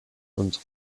und